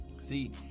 see